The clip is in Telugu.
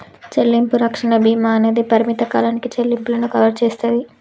చెల్లింపు రక్షణ భీమా అనేది పరిమిత కాలానికి చెల్లింపులను కవర్ చేస్తాది